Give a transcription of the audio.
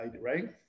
right